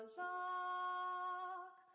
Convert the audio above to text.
lock